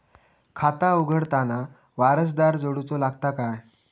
खाता उघडताना वारसदार जोडूचो लागता काय?